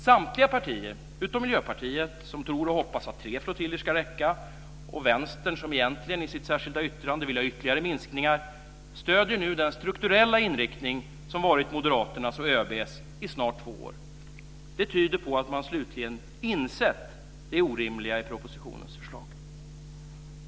Samtliga partier utom Miljöpartiet, som tror och hoppas att tre flottiljer ska räcka, och Vänstern som i sitt särskilda yttrande egentligen vill ha ytterligare minskningar stöder nu den strukturella inriktning som varit moderaternas och ÖB:s i snart två år. Det tyder på att man slutligen insett det orimliga i propositionens förslag.